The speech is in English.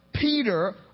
Peter